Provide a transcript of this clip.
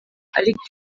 ariko